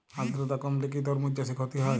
আদ্রর্তা কমলে কি তরমুজ চাষে ক্ষতি হয়?